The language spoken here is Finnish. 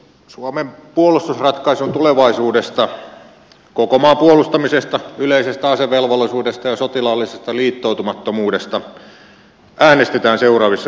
suomen puolustusratkaisun tulevaisuudesta koko maan puolustamisesta yleisestä asevelvollisuudesta ja sotilaallisesta liittoutumattomuudesta äänestetään seuraavissa eduskuntavaaleissa